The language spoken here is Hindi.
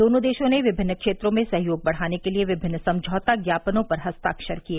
दोनों देशों ने विभिन्न क्षेत्रों में सहयोग बढ़ाने के लिए विमिन्न समझौता ज्ञापनों पर हस्ताक्षर किए